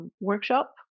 workshop